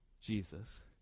Jesus